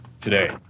today